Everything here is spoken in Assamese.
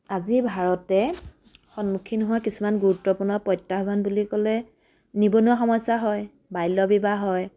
আজি ভাৰতে সন্মুখীন হোৱা কিছুমান গুৰুত্বপূৰ্ণ প্ৰত্যাহ্বান বুলি ক'লে নিবনুৱা সমস্যা হয় বাল্য বিবাহ হয়